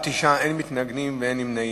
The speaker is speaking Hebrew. בעד, 9, אין מתנגדים ואין נמנעים.